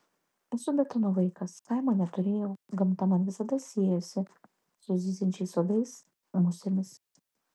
esu betono vaikas kaimo neturėjau gamta man visada siejosi su zyziančiais uodais musėmis